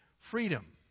freedom